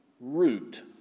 root